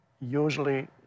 usually